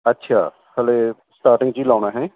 ਅੱਛਾ ਹਲੇ ਸਟਾਰਟਿੰਗ 'ਚ ਹੀ ਲਾਉਣਾ ਹੈਜੀ